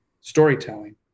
storytelling